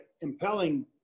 impelling